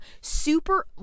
super